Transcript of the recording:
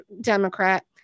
Democrat